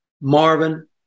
Marvin